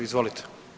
Izvolite.